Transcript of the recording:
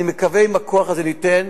אני מקווה שעם הכוח הזה ניתן,